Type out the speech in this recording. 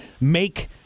make